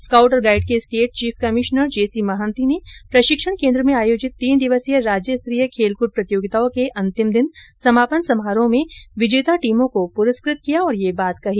scout और guide के state chief commissioner J C Mohanty ने प्रशिक्षण केन्द्र में आयोजित तीन दिवसीय राज्य स्तरीय खेलकूद प्रतियोगिताओं के अंतिम दिन समापन समारोह में विजेता टीमों को पुरस्कृत किया और ये बात कही